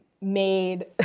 made